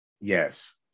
Yes